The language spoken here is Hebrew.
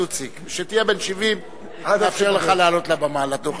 כשתהיה בן 70 נאפשר לך לעלות לדוכן.